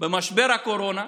במשבר הקורונה,